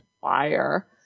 fire